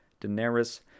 Daenerys